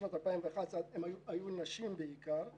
בשנת 2011 היו בעיקר נשים,